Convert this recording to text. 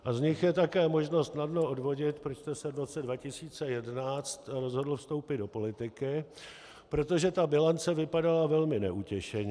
A z nich je také možno snadno odvodit, proč jste se v roce 2011 rozhodl vstoupit do politiky, protože ta bilance vypadala velmi neutěšeně.